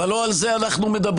אבל לא על זה אנחנו מדברים,